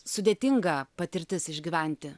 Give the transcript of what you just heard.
sudėtinga patirtis išgyventi